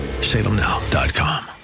Salemnow.com